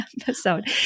episode